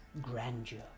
grandeur